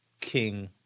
King